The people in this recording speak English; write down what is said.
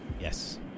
Yes